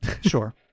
Sure